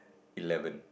eleven